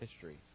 history